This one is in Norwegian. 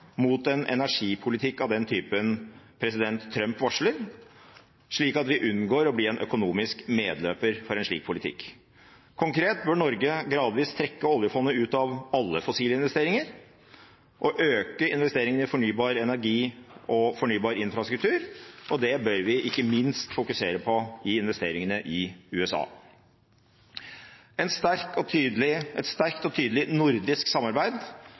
mot en energipolitikk av den typen president Trump varsler, slik at vi unngår å bli en økonomisk medløper for en slik politikk. Konkret bør Norge gradvis trekke oljefondet ut av alle fossile investeringer og øke investeringene i fornybar energi og fornybar infrastruktur. Og det bør vi fokusere på, ikke minst i investeringene i USA. Et sterkt og tydelig nordisk samarbeid,